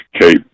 Kate